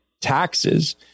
taxes